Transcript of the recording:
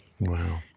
Wow